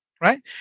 right